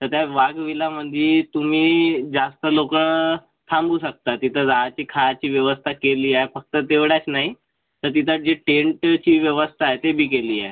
तर त्या वाघ व्हिलामध्ये तुम्ही जास्त लोक थांबू शकता तिथं राहायची खायची व्यवस्था केली आहे फक्त तेवढचं नाही तर तिथं जे टेंटची व्यवस्था आहे ते बी केली आहे